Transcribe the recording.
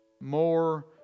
more